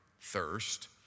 thirst